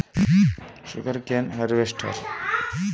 ಕಬ್ಬು ಕಟಾವು ಮಾಡಲು ಉಪಯೋಗಿಸುವ ಉಪಕರಣ ಯಾವುದು?